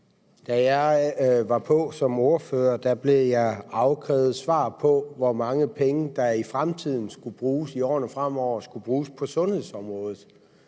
Da jeg var på som ordfører, blev jeg afkrævet svar på, hvor mange penge der i årene fremover skal bruges på sundhedsområdet.